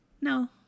No